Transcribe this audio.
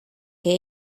que